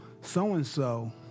so-and-so